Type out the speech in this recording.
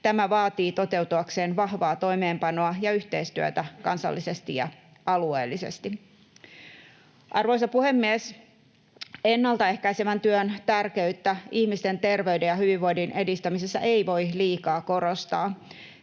Tämä vaatii toteutuakseen vahvaa toimeenpanoa ja yhteistyötä kansallisesti ja alueellisesti. Arvoisa puhemies! Ennaltaehkäisevän työn tärkeyttä ihmisten terveyden ja hyvinvoinnin edistämisessä ei voi liikaa korostaa.